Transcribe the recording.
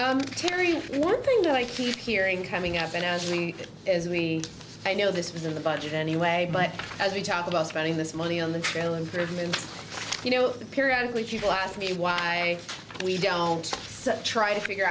one thing that i keep hearing coming up and as we as we i know this is in the budget anyway but as we talk about spending this money on the trail improvements you know periodically people ask me why we don't try to figure